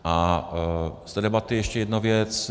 A z té debaty ještě jedna věc.